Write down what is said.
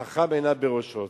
החכם, עיניו בראשו.